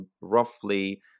roughly